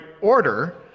order